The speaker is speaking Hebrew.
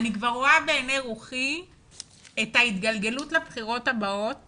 אני כבר רואה בעיני רוחי את ההתגלגלות לבחירות הבאות